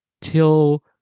till